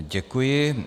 Děkuji.